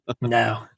no